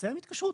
לסיים התקשרות.